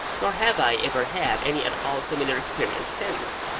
nor have i ever had any at all similar experience since.